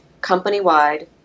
company-wide